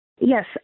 Yes